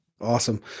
Awesome